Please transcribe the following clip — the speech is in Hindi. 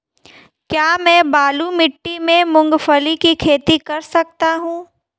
क्या मैं बालू मिट्टी में मूंगफली की खेती कर सकता हूँ?